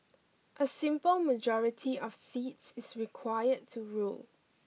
a simple majority of seats is required to rule